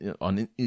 on